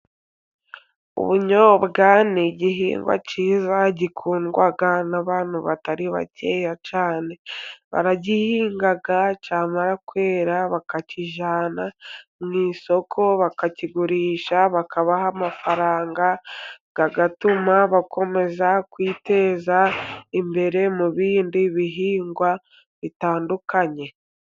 Ubunyobwa ni igihingwa cyiza, gikundwa n'abantu batari bake cyane, baragihinga cyamara kwera bakakijyana mu isoko bakakigurisha, bakabaha amafaranga, agatuma bakomeza kwiteza imbere, mu bindi bihingwa bitandukanye.